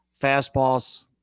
Fastballs